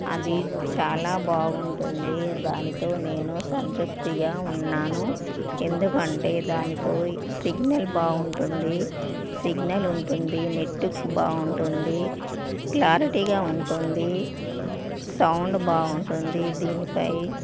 అది చాలా బాగుంటుంది దానితో నేను సంతృప్తిగా ఉన్నాను ఎందుకంటే దానితో సిగ్నల్ బాగుంటుంది సిగ్నల్ ఉంటుంది నెట్ బాగుంటుంది క్లారిటీగా ఉంటుంది సౌండ్ బాగుంటుంది దీనిపై